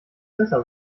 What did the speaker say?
besser